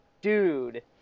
Dude